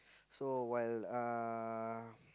so while uh